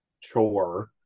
chore